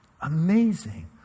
Amazing